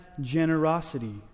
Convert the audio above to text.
generosity